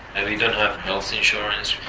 and we don't have health insurance.